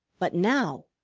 but now,